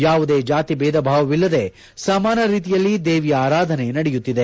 ಯಾವುದೇ ಜಾತಿ ಭೇದಭಾವವಿಲ್ಲದೆ ಸಮಾನರೀತಿಯಲ್ಲಿ ದೇವಿಯ ಆರಾಧನೆ ನಡೆಯುತ್ತಿದೆ